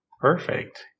Perfect